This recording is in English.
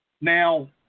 Now